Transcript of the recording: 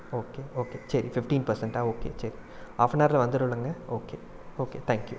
okay okay சரி fifteen பர்செண்ட்டா okay சரி ஹாஃபனவரில் வந்துருல்லைங்க ஓகே ஓகே தேங்கியூ